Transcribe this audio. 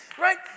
right